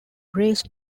raised